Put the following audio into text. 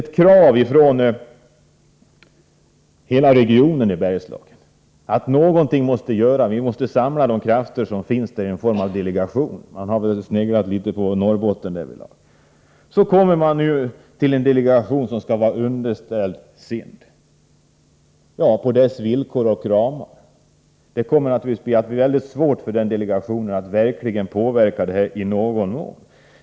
Ett krav från hela Bergslagsregionen har varit att man måste samla de krafter som finns till något slags delegation — man har väl sneglat på Norrbottensdelegationen. Nu föreslås att en sådan delegation skall inrättas som skall vara underställd SIND, på dess villkor och inom dess ramar. Det kommer naturligtvis att bli väldigt svårt för den delegationen att uträtta någonting.